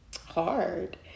hard